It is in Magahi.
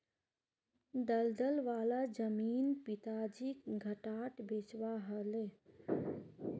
दलदल वाला जमीन पिताजीक घटाट बेचवा ह ले